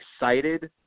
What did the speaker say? excited